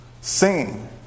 Sing